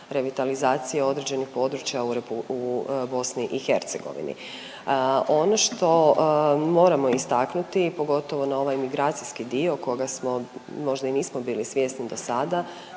revitalizacije određenih području u BiH. Ono što moramo istaknuti, pogotovo na ovaj migracijski dio koga smo, možda i nismo bili svjesni do sada,